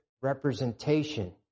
representation